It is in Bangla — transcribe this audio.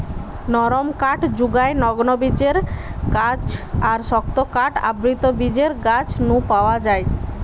নরম কাঠ জুগায় নগ্নবীজের গাছ আর শক্ত কাঠ আবৃতবীজের গাছ নু পাওয়া যায়